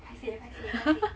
paiseh paiseh paiseh